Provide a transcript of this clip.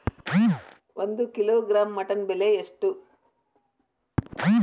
ಒಂದು kilogram mutton ಬೆಲೆ ಎಷ್ಟ್?